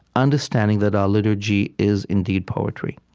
understanding that our liturgy is, indeed, poetry,